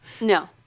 No